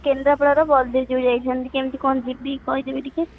କେନ୍ଦ୍ରାପଡ଼ାର ବଳଦେବ ଜୀଉ ଯାଇଥାନ୍ତି କେମିତି କ'ଣ ଯିବି କହିଦେବେ ଟିକେ